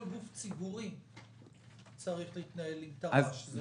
גוף ציבורי צריך להתנהל עם תר"ש תכנית רב-שנתית,